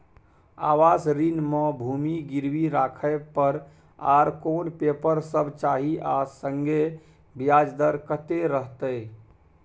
आवास ऋण म भूमि गिरवी राखै पर आर कोन पेपर सब चाही आ संगे ब्याज दर कत्ते रहते?